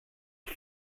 ils